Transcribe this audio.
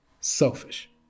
selfish